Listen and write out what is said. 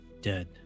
Dead